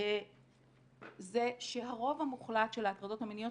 זה שהרוב המוחלט של ההטרדות המיניות,